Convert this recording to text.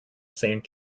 sand